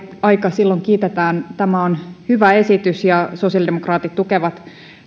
aika silloin kiitetään tämä on hyvä esitys ja sosiaalidemokraatit tukevat